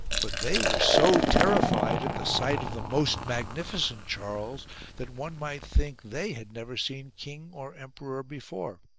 but they were so terrified at the sight of the most magnificent charles that one might think they had never seen king or emperor before.